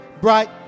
bright